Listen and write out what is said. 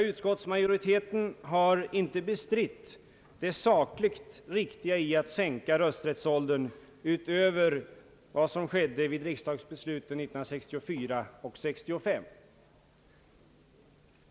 Utskottsmajoriteten har inte bestritt det sakligt riktiga i att sänka rösträttsåldern utöver vad som skett genom riksdagsbesluten åren 1964 och 1965.